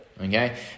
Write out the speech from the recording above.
okay